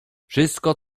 wszystko